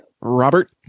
Robert